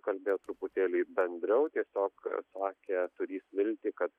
kalbėjo truputėlį bendriau tiesiog sakė turįs viltį kad